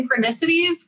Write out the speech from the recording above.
synchronicities